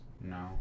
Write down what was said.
No